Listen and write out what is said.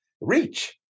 reach